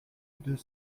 deux